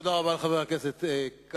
תודה רבה לחבר הכנסת כבל.